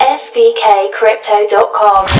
svkcrypto.com